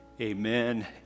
Amen